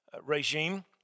regime